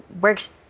works